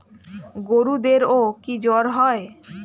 গরুদেরও কি জ্বর হয়?